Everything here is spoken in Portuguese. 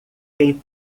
quem